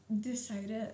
decided